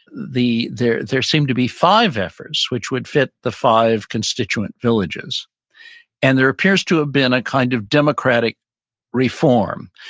the there there seemed to be five efforts which would fit the five constituent villages and there appears to have been a kind of democratic reform.